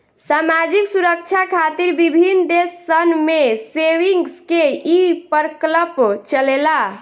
सामाजिक सुरक्षा खातिर विभिन्न देश सन में सेविंग्स के ई प्रकल्प चलेला